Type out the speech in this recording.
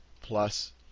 plus